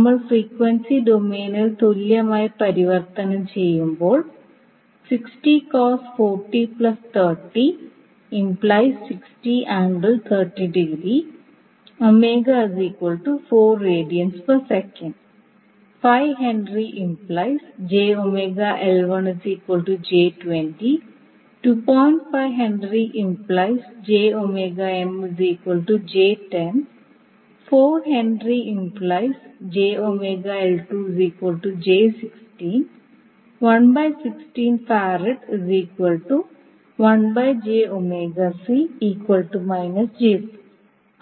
നമ്മൾ ഫ്രീക്വൻസി ഡൊമെയ്നിൽ തുല്യമായി പരിവർത്തനം ചെയ്യുമ്പോൾ